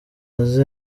aze